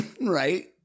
Right